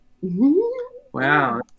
Wow